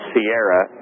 Sierra